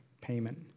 payment